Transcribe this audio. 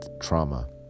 trauma